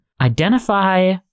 identify